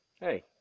Hey